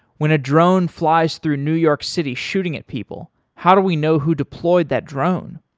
when a drone flies through new york city shooting at people, how do we know who deployed that drone?